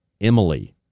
Emily